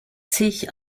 sich